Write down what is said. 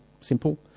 simple